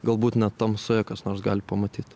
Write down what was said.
galbūt net tamsoje kas nors gali pamatyt